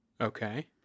okay